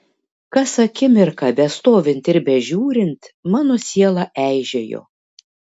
kas akimirką bestovint ir bežiūrint mano siela eižėjo